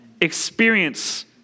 experience